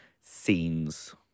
scenes